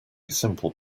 simple